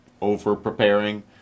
over-preparing